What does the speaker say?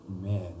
man